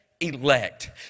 elect